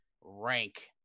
rank